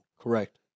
Correct